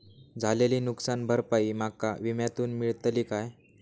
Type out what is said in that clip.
झालेली नुकसान भरपाई माका विम्यातून मेळतली काय?